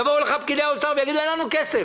יבואו אליך פקידי משרד האוצר ויגידו: אין לנו כסף,